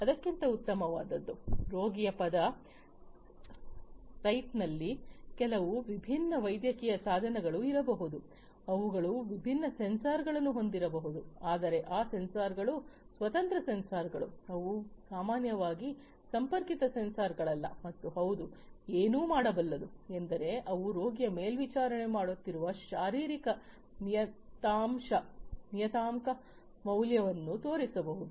ಅದಕ್ಕಿಂತ ಉತ್ತಮವಾದದ್ದು ರೋಗಿಯ ಪದ ಸೈಟ್ನಲ್ಲಿ ಕೆಲವು ವಿಭಿನ್ನ ವೈದ್ಯಕೀಯ ಸಾಧನಗಳು ಇರಬಹುದು ಅವುಗಳು ವಿಭಿನ್ನ ಸೆನ್ಸಾರ್ಗಳನ್ನು ಹೊಂದಿರಬಹುದು ಆದರೆ ಆ ಸೆನ್ಸಾರ್ಗಳು ಸ್ವತಂತ್ರ ಸೆನ್ಸಾರ್ಗಳು ಅವು ಸಾಮಾನ್ಯವಾಗಿ ಸಂಪರ್ಕಿತ ಸೆನ್ಸಾರ್ಗಳಲ್ಲ ಮತ್ತು ಹೌದು ಏನು ಮಾಡಬಲ್ಲದು ಎಂದರೆ ಅವು ರೋಗಿಯ ಮೇಲ್ವಿಚಾರಣೆ ಮಾಡಲಾಗುತ್ತಿರುವ ಶಾರೀರಿಕ ನಿಯತಾಂಕ ಮೌಲ್ಯವನ್ನು ತೋರಿಸಬಹುದು